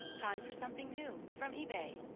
time for something new from ebay.